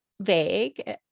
vague